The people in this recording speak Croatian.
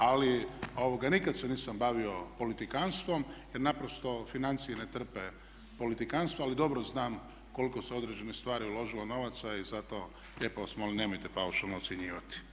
Ali nikad se nisam bavio politikanstvom jer naprosto financije ne trpe politikanstvo ali dobro znam koliko se u određene stvari uložilo novaca i zato lijepo vas molim nemojte paušalno ocjenjivati.